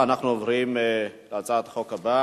אכן,